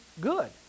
good